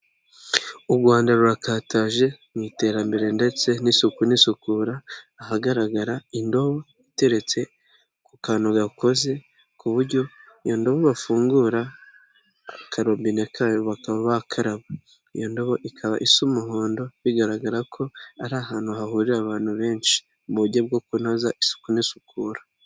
U Rwanda rurakataje mu iterambere ndetse n'isuku n'isukura ahagaragara indobo iteretse ku kantu gakoze ku buryo iyo ndobo bafungura akarobe kayo bakaba bakaraba, iyobo ikaba isa umuhondo bigaragara ko ari ahantu hahurira abantu benshi mu buryo bwo kunoza isuku n'isukura.